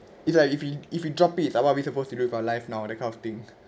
if like if you if you drop it what are we supposed to do for life now that kind of thing